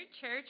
Church